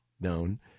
known